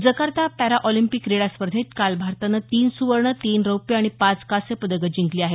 Jakarta para olympic क्रीडा स्पर्धेत काल भारतानं तीन सुवर्ण तीन रौप्य आणि पाच कास्य पदकं जिंकली आहेत